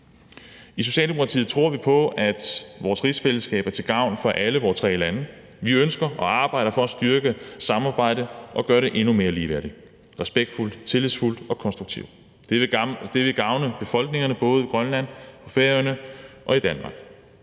I Socialdemokratiet tror vi på, at vores rigsfællesskab er til gavn for alle vores tre lande. Vi ønsker og arbejder for at styrke samarbejdet og gøre det endnu mere ligeværdigt, respektfuldt, tillidsfuldt og konstruktivt. Det vil gavne befolkningerne i både Grønland, på Færøerne og i Danmark.